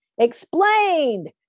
explained